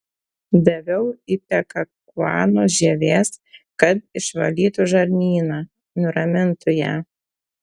daviau ipekakuanos žievės kad išvalytų žarnyną nuramintų ją